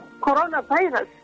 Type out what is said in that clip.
coronavirus